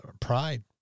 pride